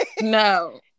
no